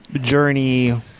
journey